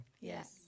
Yes